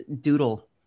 doodle